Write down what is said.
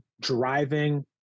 driving